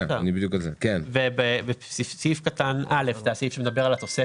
שנים והוא אינו פעוט כהגדרתו בסעיף 40(ב)(3);"; מדובר על בני זוג